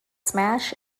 smash